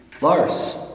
Lars